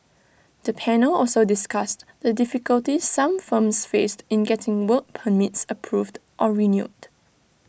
the panel also discussed the difficulties some firms faced in getting work permits approved or renewed